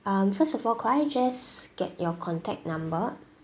um first of all could I just get your contact number